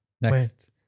Next